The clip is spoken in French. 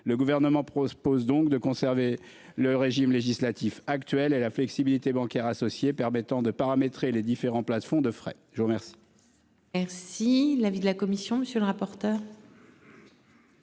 Le gouvernement propose donc de conserver le régime législatif actuel et la flexibilité bancaire associés permettant de paramétrer les différents plafonds de frais. Je vous remercie.